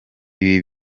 ibi